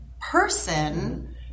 person